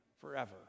forever